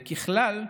וככלל,